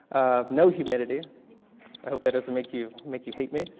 no humidity i hope that doesn't make you make you hate me.